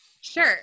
sure